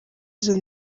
izo